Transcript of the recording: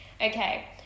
okay